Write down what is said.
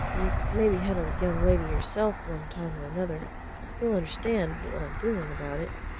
you've maybe had a young lady yourself one time or another you'll understand what i'm feeling about it?